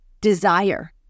desire